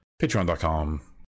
Patreon.com